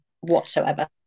whatsoever